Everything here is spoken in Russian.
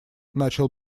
начал